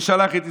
"לשלח את ישראל.